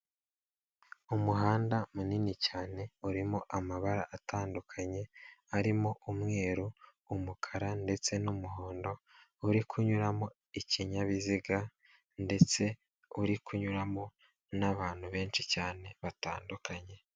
Umuhanda munini cyane urimo amabara atandukanye arimo umweru, w'umukara ndetse n'umuhondo, uri kunyuramo ikinyabiziga ndetse uri kunyuramo n'abantu benshi cyane batandukanye.